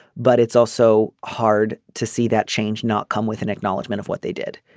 but it's also hard to see that change not come with an acknowledgement of what they did.